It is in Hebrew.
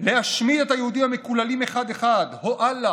להשמיד את היהודים המקוללים אחד-אחד, אוה,